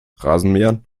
rasenmähern